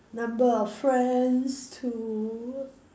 number of friends to